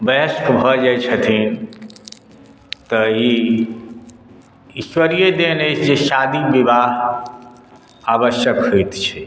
वयस्क भऽ जाइत छथिन तऽ ई ईश्वरीय देन अछि जे शादी विवाह आवश्यक होइत छै